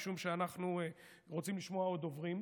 משום שאנחנו רוצים לשמוע עוד דוברים.